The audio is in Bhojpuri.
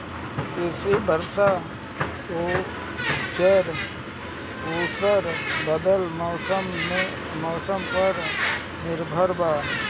कृषि वर्षा आउर बदलत मौसम पर निर्भर बा